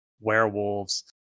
werewolves